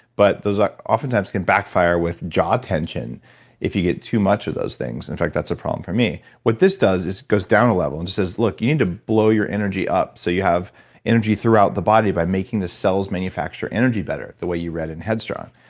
but those often times can backfire with jaw tension if you get too much of those things in fact, that's a problem for me what this does is it goes down a level and says, look, you need to blow your energy up, so you have energy throughout the body by making the cells manufacture energy better, the way you read in head strong.